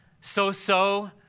so-so